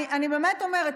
אני באמת אומרת,